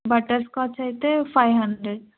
butterscotch అయితే five hundred